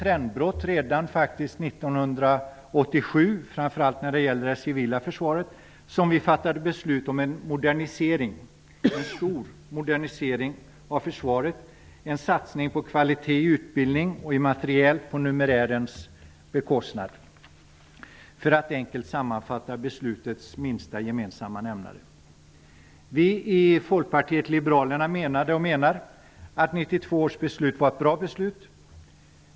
Trendbrottet kom faktiskt redan 1987, framför allt när det gällde det civila försvaret. Men 1992 fattade vi beslut om en modernisering av försvaret och om en satsning på kvalitet i utbildning och i materiel på numerärens bekostnad. Det är en enkel sammanfattning av beslutets minsta gemensamma nämnare. Vi i Folkpartiet liberalerna menade, och menar, att 1992 års beslut var bra.